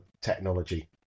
Technology